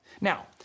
Now